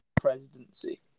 presidency